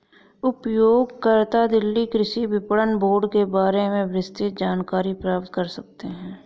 उपयोगकर्ता दिल्ली कृषि विपणन बोर्ड के बारे में विस्तृत जानकारी प्राप्त कर सकते है